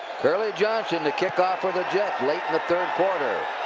curley johnson to kick off for the jets late in the third quarter.